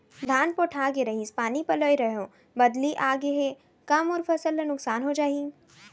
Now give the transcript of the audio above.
धान पोठागे रहीस, पानी पलोय रहेंव, बदली आप गे हे, का मोर फसल ल नुकसान हो जाही?